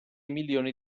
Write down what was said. milioni